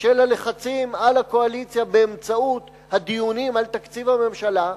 של הלחצים על הקואליציה באמצעות הדיונים על תקציב הממשלה,